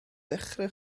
dechrau